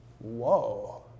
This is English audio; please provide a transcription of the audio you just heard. Whoa